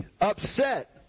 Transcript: upset